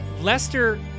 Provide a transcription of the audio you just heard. Lester